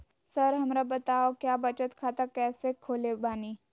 Sir हमरा बताओ क्या बचत खाता कैसे खोले बानी?